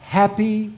happy